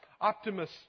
Optimus